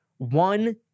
One